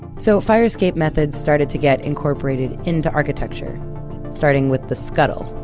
so, fire escape methods started to get incorporated into architecture starting with the scuttle.